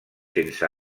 sense